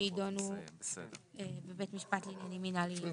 שיידונו בבית משפט לעניינים מינהליים.